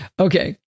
Okay